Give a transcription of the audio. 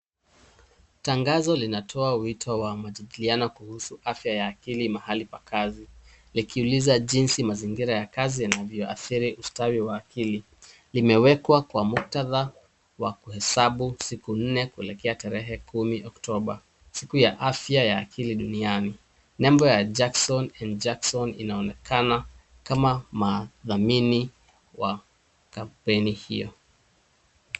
Tangazo linatoa wito wa majadiliano kuhusu afya ya akili mahali pa kazi likiuliza jinsi mazingira ya kazi inavyoathiri ustawi wa akili. Limewekwa kwa muktadha wa kuhesabu siku nne kuelekea tarehe kumi oktoba, siku ya afya ya akili duniani. Nembo ya Jackson and Jackson inaonekana kama madhamini wa kampeni hio.